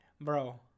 Bro